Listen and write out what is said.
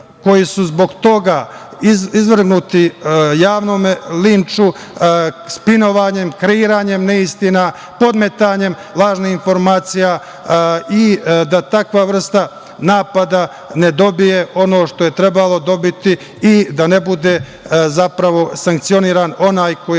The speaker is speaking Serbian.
koji su zbog toga izvrgnuti javnom linču, spinovanjem, kreiranjem neistina, podmetanjem lažnih informacija i da takva vrsta napada ne dobije ono što je trebalo dobiti i da ne bude zapravo sankcionisan onaj koji je